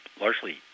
largely